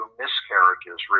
miscarriages